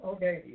Okay